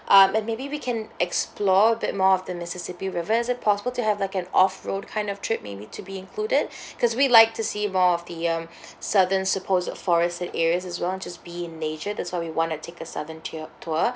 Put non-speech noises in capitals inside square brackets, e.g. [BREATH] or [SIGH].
um and maybe we can explore a bit more of the mississippi river is it possible to have like an off road kind of trip maybe to be included [BREATH] because we'd like to see more of the um [BREATH] southern supposed forest areas as well and just be in nature that's what we want to take a southern te~ tour